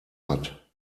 hat